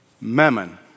Mammon